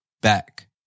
back